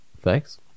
thanks